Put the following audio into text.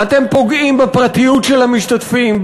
ואתם פוגעים בפרטיות של המשתתפים,